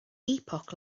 epoch